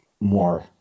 more